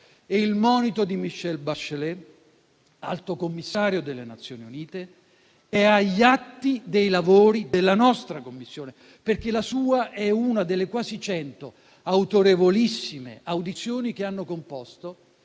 Il monito di Michelle Bachelet, Alto Commissario delle Nazioni Unite, è agli atti dei lavori della nostra Commissione, perché la sua è una delle quasi cento autorevolissime audizioni che hanno composto